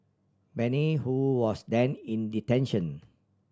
Bani who was then in detention